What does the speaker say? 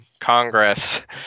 Congress